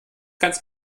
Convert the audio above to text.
ganz